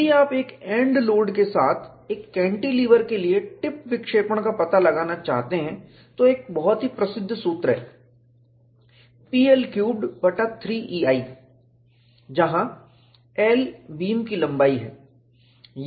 यदि आप एक एन्ड लोड के साथ एक कैंटीलीवर के लिए टिप विक्षेपण का पता लगाना चाहते हैं तो एक बहुत ही प्रसिद्ध सूत्र है P L क्यूबेड बटा 3 E I जहां L बीम की लंबाई है